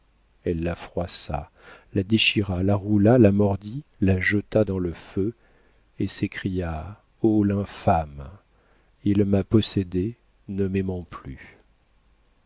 elle la froissa la déchira la roula la mordit la jeta dans le feu et s'écria oh l'infâme il m'a possédée ne m'aimant plus